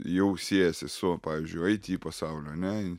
jau siejasi su pavyzdžiui eit į pasaulio ane